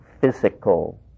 physical